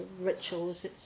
rituals